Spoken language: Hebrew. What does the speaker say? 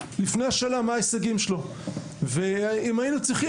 לפני השאלה מה ההישגים שלו ואם היינו צריכים